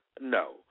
No